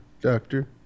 doctor